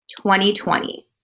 2020